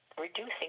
reducing